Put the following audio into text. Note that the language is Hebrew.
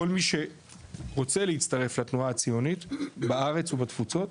כל מי שרוצה להצטרף לתנועה הציונית בארץ ובתפוצות,